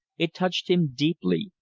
it touched him deeply,